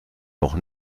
noch